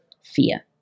fear